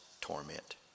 torment